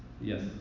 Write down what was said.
Yes